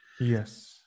Yes